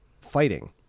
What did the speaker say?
fighting